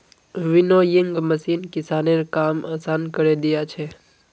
winnowing machine किसानेर काम आसान करे दिया छे